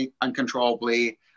uncontrollably